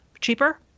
cheaper